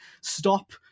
stop